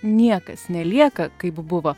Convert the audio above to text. niekas nelieka kaip buvo